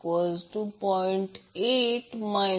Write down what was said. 8 j1